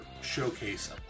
Showcase